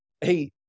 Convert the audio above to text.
Hey